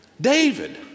David